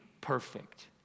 perfect